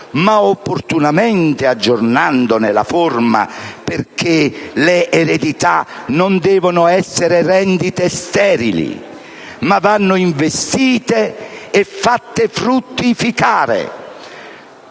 (opportunamente aggiornato nella forma, perché le eredità non devono essere rendite sterili, ma devono essere investite e fatte fruttificare),